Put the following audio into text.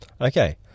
Okay